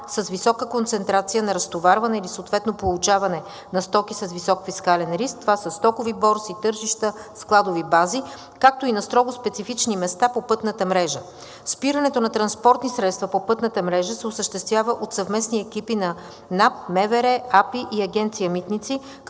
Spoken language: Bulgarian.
с висока концентрация на разтоварване или съответно получаване на стоки с висок фискален риск – това са стокови борси, тържища, складови бази, както и на строго специфични места по пътната мрежа. Спирането на транспортни средства по пътната мрежа се осъществява от съвместни екипи на НАП, МВР, АПИ и Агенция „Митници“,